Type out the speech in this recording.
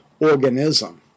organism